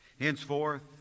Henceforth